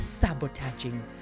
sabotaging